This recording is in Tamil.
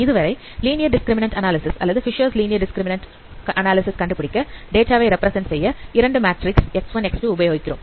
இதுவரை லீனியர் டிஸ்கிரிமினன்ட் அனாலிசிஸ் அல்லது Fisher's linear discriminant Fischer's Linear discriminant கண்டுபிடிக்க டேட்டாவை ரெப்பிரசன்ட் செய்ய 2 மேட்ரிக்ஸ் X1 X2 உபயோகிக்கிறோம்